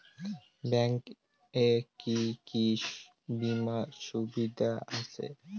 Bank এ কি কী বীমার সুবিধা আছে?